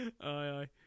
aye